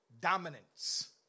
Dominance